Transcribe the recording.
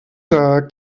tag